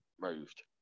moved